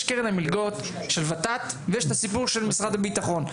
יש קרן המלגות של ות"ת ויש סיפור של משרד הביטחון.